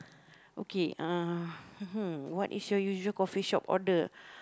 okay uh what is your usual coffee shop order